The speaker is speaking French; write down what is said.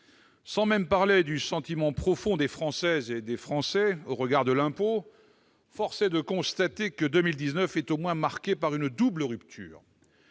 Sans même parler du sentiment profond des Françaises et des Français au regard de l'impôt, force est de constater que l'année 2019 est marquée par une double rupture.